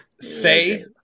Say